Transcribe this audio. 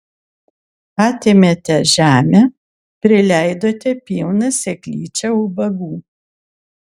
atėmėte žemę prileidote pilną seklyčią ubagų